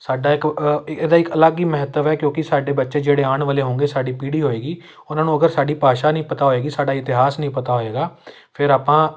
ਸਾਡਾ ਇੱਕ ਇਹਦਾ ਇੱਕ ਅਲੱਗ ਹੀ ਮਹੱਤਵ ਹੈ ਕਿਉਂਕਿ ਸਾਡੇ ਬੱਚੇ ਜਿਹੜੇ ਆਉਣ ਵਾਲੇ ਹੋਉਂਗੇ ਸਾਡੀ ਪੀੜ੍ਹੀ ਹੋਏਗੀ ਉਹਨਾਂ ਨੂੰ ਅਗਰ ਸਾਡੀ ਭਾਸ਼ਾ ਨਹੀਂ ਪਤਾ ਹੋਏਗੀ ਸਾਡਾ ਇਤਿਹਾਸ ਨਹੀਂ ਪਤਾ ਹੋਏਗਾ ਫਿਰ ਆਪਾਂ